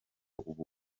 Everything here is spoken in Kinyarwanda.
ubu